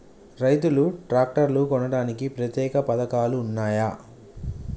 రైతులు ట్రాక్టర్లు కొనడానికి ప్రత్యేక పథకాలు ఉన్నయా?